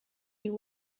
you